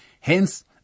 Hence